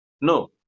No